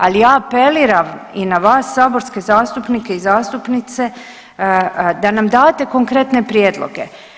Ali ja apeliram i na vas saborske zastupnike i zastupnice da nam date konkretne prijedloge.